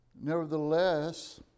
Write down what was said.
Nevertheless